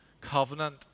covenant